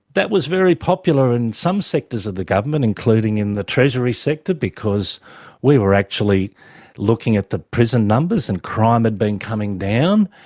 that was very popular in some sectors of the government, including in the treasury sector, because we were actually looking at the prison numbers, and crime had been coming down,